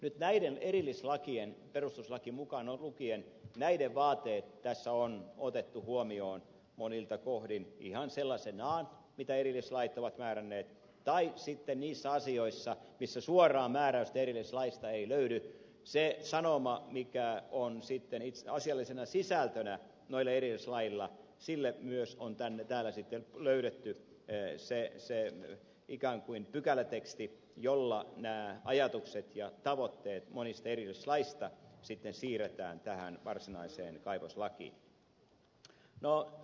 nyt näiden erillislakien perustuslaki mukaan lukien vaateet tässä on otettu huomioon monilta kohdin joko ihan sellaisenaan mitä erillislait ovat määränneet tai sitten niissä asioissa missä suoraa määräystä erillislaeista ei löydy sille sanomalle mikä on sitten itseasiallisena sisältönä erillislaeilla myös on täällä sitten löydetty ikään kuin pykäläteksti jolla nämä ajatukset ja tavoitteet monista erillislaeista sitten siirretään tähän varsinaiseen kaivoslakiin